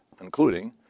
including